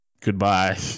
goodbye